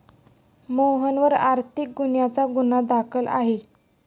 मोहनवर आर्थिक गुन्ह्याचा गुन्हा दाखल आहे